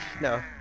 No